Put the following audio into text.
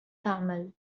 تعمل